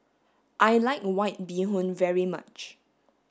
I like white bee hoon very much